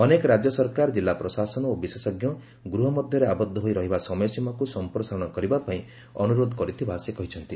ଅନେକ ରାଜ୍ୟ ସରକାର ଜିଲ୍ଲା ପ୍ରଶାସନ ଓ ବିଶେଷଜ୍ଞ ଗୃହ ମଧ୍ୟରେ ଆବଦ୍ଧ ହୋଇ ରହିବା ସମୟସୀମାକୁ ସମ୍ପ୍ରସାରଣ କରିବା ପାଇଁ ଅନୁରୋଧ କରିଥିବା ସେ କହିଛନ୍ତି